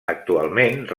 actualment